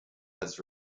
has